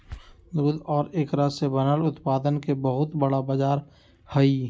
दूध और एकरा से बनल उत्पादन के बहुत बड़ा बाजार हई